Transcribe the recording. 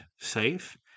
safe